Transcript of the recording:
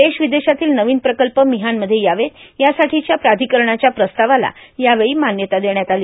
देश विदेशातील नवीन प्रकल्प मिहान मध्ये यावेत यासाठीच्या प्राधिकरणाच्या प्रस्तावास यावेळी मान्यता देण्यात आली